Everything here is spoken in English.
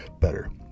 better